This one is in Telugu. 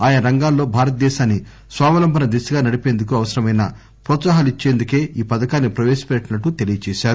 ఆయా రంగాల్లో భారతదేశాన్ని స్వావలంబన దిశగా నడిపేందుకు అవసరమైన వ్రోత్సాహకాలిచ్చేందుకే ఈ పథకాన్సి ప్రవేశపెట్టినట్టు తెలిపారు